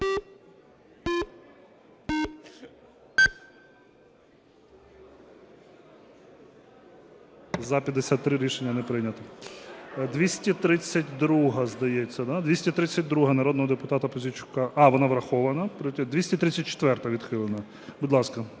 За-53 Рішення не прийнято. 232-а, здається, да? 232-а народного депутата Пузійчука. А, вона врахована. 234-а відхилена. Будь ласка,